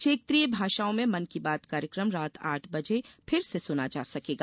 क्षेत्रीय भाषाओं में मन की बात कार्यक्रम रात आठ बजे फिर से सुना जा सकेगा